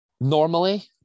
Normally